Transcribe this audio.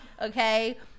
okay